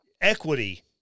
equity